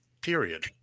period